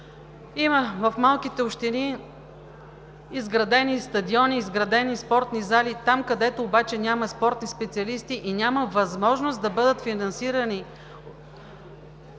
че в малките общини има изградени стадиони, изградени спортни зали. Там обаче няма спортни специалисти и няма възможност да бъдат финансирани